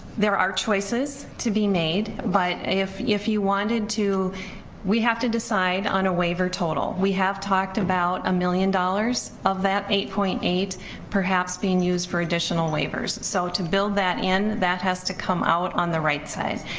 there are choices to be made, but if if you wanted to we have to decide on a waiver total, we have talked about a million dollars of that, eight point eight perhaps, being used for additional waivers, so to build that in that has to come out on the right side,